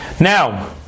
Now